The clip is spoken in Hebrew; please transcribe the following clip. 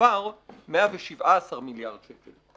עבר 117 מיליארד שקל.